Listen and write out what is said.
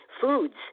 foods